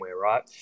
right